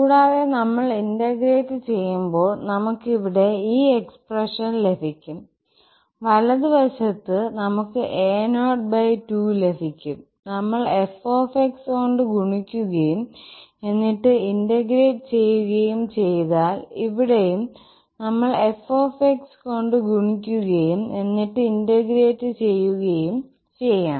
കൂടാതെ നമ്മൾ ഇന്റഗ്രേറ്റ് ചെയ്യുമ്പോൾ നമുക്ക് ഇവിടെ ഈ എക്സ്പ്രെഷൻ ലഭിക്കും വലത് വശത്ത് നമുക്ക് a02ലഭിക്കും നമ്മൾ f കൊണ്ട് ഗുണിക്കുകയും എന്നിട്ട് ഇന്റഗ്രേറ്റ് ചെയ്യുകയും ചെയ്താൽ ഇവിടെയും നമ്മൾ f കൊണ്ട് ഗുണിക്കുകയും എന്നിട്ട് ഇന്റഗ്രേറ്റ് ചെയ്യുകയും ചെയ്യണം